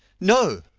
no!